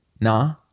Nah